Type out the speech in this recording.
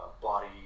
body